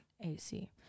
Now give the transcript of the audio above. AC